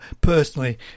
personally